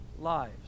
lives